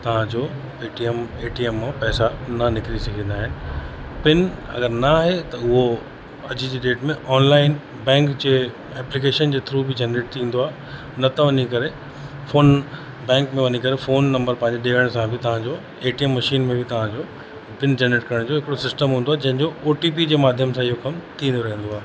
तव्हांजे A T M A T M मां पैसा न निकिरी सघंदा आहिनि पिन अगरि न आहे त उहो अॼु जी डेट में ऑनलाइन बैंक जे एप्लीकेशन जे थ्रू बि जनरेट थींदो आहे न त वञी करे फ़ोन बैंक में वञी करे फ़ोन नम्बर ॾियण पंहिंजो ॾियण सां बि तव्हांजो ऐ टी एम मशीन में बि तव्हांजो पिन जनरेट करण जो हिकिड़ो सिस्टम हूंदो आहे जंहिंजो ओ टी पी जे माध्यमु सां इहो कम थी वेंदो आहे